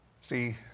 see